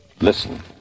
listen